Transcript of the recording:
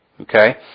Okay